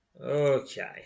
Okay